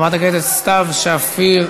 חברת הכנסת סתיו שפיר,